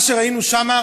מה שראינו שם,